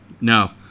no